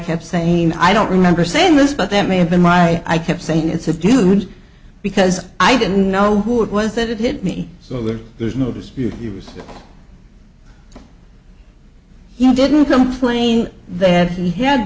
kept saying i don't remember saying this but there may have been right i kept saying it's a dude because i didn't know who it was that it hit me so we'll there's no dispute he was he didn't complain that he had